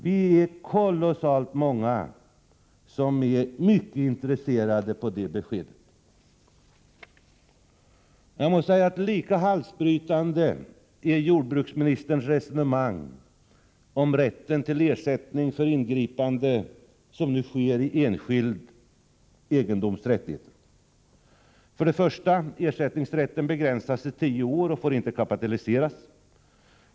Vi är kolossalt många som är mycket intresserade av det beskedet. Jag måste säga: Lika halsbrytande är jordbruksministerns resonemang om rätten till ersättning för det ingripande som nu sker i rättigheter till enskild egendom. För det första: Ersättningsrätten begränsas till tio år och får inte kapitaliseras.